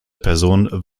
person